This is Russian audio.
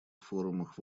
форумах